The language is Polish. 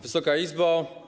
Wysoka Izbo!